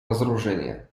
разоружения